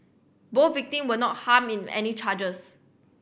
both victim were not harm in any charges